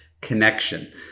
connection